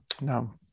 No